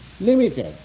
limited